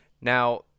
Now